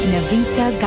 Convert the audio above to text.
Navita